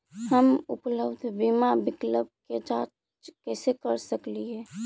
हम उपलब्ध बीमा विकल्प के जांच कैसे कर सकली हे?